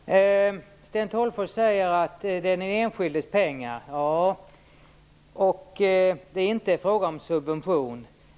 Herr talman! Sten Tolgfors säger att det är den enskildes pengar - ja - och att det inte är fråga om subvention.